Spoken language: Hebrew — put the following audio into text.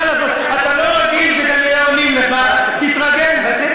מה לעשות, אתה לא רגיל כנראה שעונים לך, תתרגל.